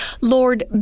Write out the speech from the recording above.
Lord